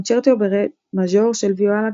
קונצ'רטו ברה מז'ור של ויואלדי,